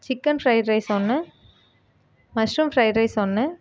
chicken fried rice ஒன்று mushroom fried rice ஒன்று